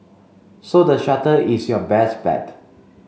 so the shuttle is your best bet